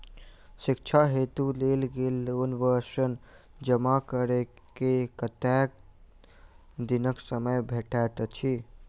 शिक्षा हेतु लेल गेल लोन वा ऋण जमा करै केँ कतेक दिनक समय भेटैत अछि?